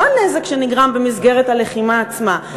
לא הנזק שנגרם במסגרת הלחימה עצמה,